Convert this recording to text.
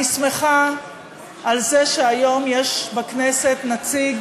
אני שמחה שהיום יש בכנסת נציג